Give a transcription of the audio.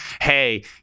Hey